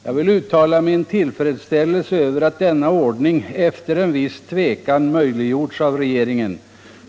Jag vill uttala min tillfredsställelse över att denna ordning efter en viss tvekan möjliggjorts av regeringen.